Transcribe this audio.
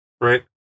Right